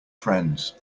friends